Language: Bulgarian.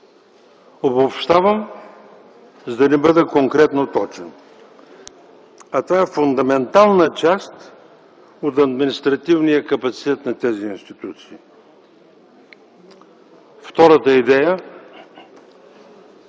Обобщавам, за да не бъда конкретно точен, а това е фундаментална част от административния капацитет на тези институции. Втората идея.